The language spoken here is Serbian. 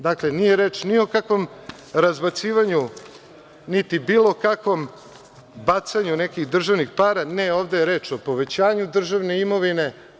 Dakle, nije reč ni o kakvom razbacivanju niti bilo kakvom bacanju nekih državnih para, ne ovde je reč o povećanju državne imovine.